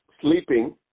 sleeping